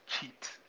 cheat